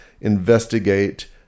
investigate